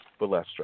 Balestra